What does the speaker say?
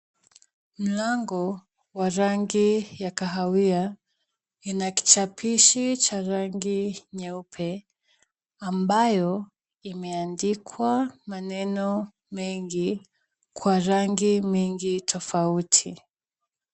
Mlango wa rangi ya kahawia ina kichapishi cha rangi nyeupe ambayo imeandikwa maneno mengi kwa rangi mingi tofauti.